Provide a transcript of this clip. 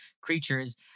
creatures